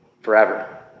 forever